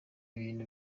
ibintu